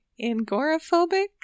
Angoraphobic